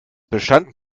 bestand